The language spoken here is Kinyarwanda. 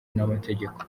n’amategeko